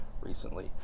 recently